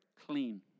clean